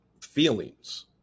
feelings